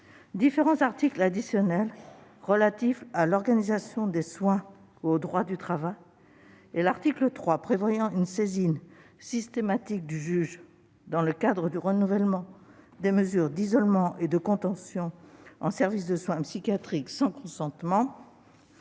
différents articles additionnels relatifs à l'organisation des soins ou au droit du travail, ainsi que l'article 3 prévoyant une saisine systématique du juge dans le cadre du renouvellement des mesures d'isolement et de contention en services de soins psychiatriques sans consentement